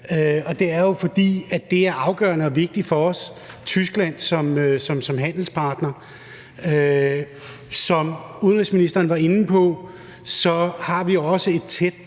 er afgørende vigtig for os som handelspartner. Som udenrigsministeren var inde på, har vi også et tæt